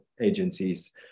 agencies